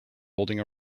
holding